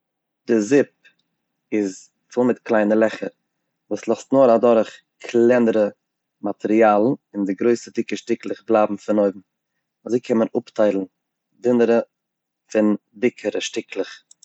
די זיפ איז פיל מיט קליינע לעכער וואס לאזט נאר אדורך קלענערע מאטריאל און די גרויסע דיקע שטיקלעך בלייבן פון אויבן, אזוי קען מען אפטיילן דינערע פון דיקערע שטיקלעך.